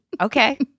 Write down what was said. Okay